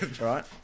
right